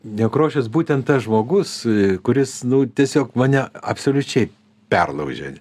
nekrošius būtent tas žmogus kuris nu tiesiog mane absoliučiai perlaužė